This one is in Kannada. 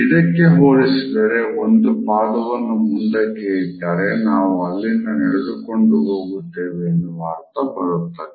ಇದಕ್ಕೆ ಹೋಲಿಸಿದರೆ ಒಂದು ಪಾದವನ್ನು ಮುಂದಕ್ಕೆ ಇಟ್ಟರೆ ನಾವು ಅಲ್ಲಿಂದ ನಡೆದುಕೊಂಡು ಹೋಗುತ್ತೇವೆ ಎನ್ನುವ ಅರ್ಥ ಬರುತ್ತದೆ